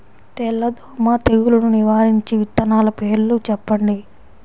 తెల్లదోమ తెగులును నివారించే విత్తనాల పేర్లు చెప్పండి?